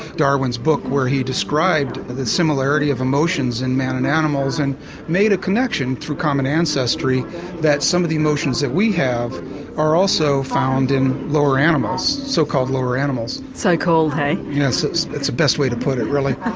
darwin's book where he described the similarity of emotions in man and animals and made a connection through common ancestry that some of the emotions that we have are also found in lower animals, so-called lower animals. so called hey? yes, it's the best way to put it really.